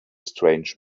strange